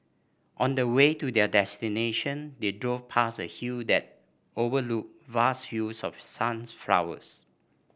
on the way to their destination they drove past a hill that overlooked vast fields of sunflowers